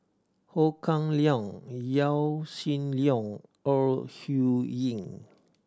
Ho Kah Leong Yaw Shin Leong Ore Huiying